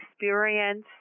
experience